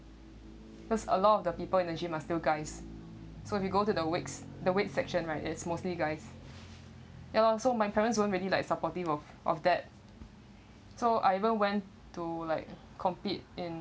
cause a lot of the people in the gym are still guys so if you go to the weights the weight section right it's mostly guys ya lor so my parents won't really like supportive of of that so I even went to like compete in